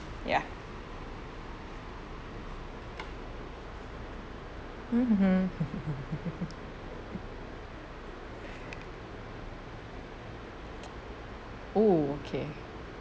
ya mmhmm hmm hmm hmm hmm hmm hmm oo okay